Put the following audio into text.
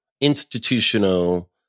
institutional